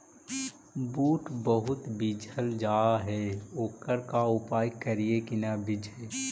बुट बहुत बिजझ जा हे ओकर का उपाय करियै कि न बिजझे?